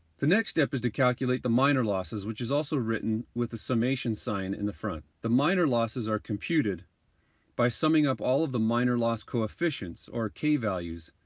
the next step is to calculate the minor losses which is also written with a summation sign in the front. the minor losses are computed by summing up all of the minor loss coefficients, or k values,